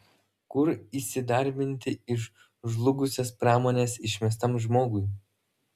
kur įsidarbinti iš žlugusios pramonės išmestam žmogui